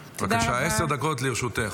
בבקשה, עשר דקות לרשותך.